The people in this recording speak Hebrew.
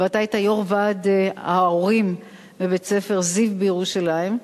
ואתה היית יושב-ראש ועד ההורים בבית-ספר "זיו" בירושלים.